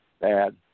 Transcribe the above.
bad